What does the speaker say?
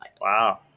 Wow